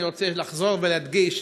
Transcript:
אני רוצה לחזור ולהדגיש: